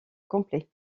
complet